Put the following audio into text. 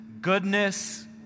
goodness